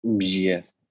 yes